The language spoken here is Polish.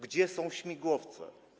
Gdzie są śmigłowce?